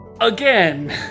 Again